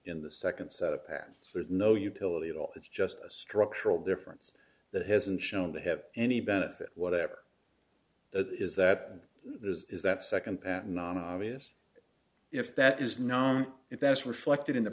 in the second set of patterns there's no utility at all it's just a structural difference that hasn't shown to have any benefit whatever it is that there is that second patent non obvious if that is known if that's reflected in the